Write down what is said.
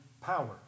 power